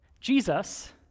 Jesus